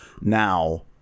now